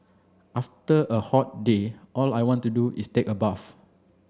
after a hot day all I want to do is take a bath